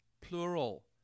plural